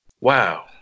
Wow